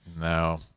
no